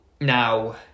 Now